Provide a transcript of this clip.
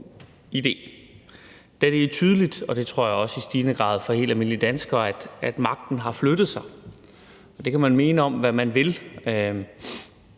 idé. Det er tydeligt – og det tror jeg også det i stigende grad er for helt almindelige danskere – at magten har flyttet sig, og det kan man mene om hvad man vil,